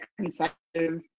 consecutive